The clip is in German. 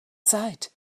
zeit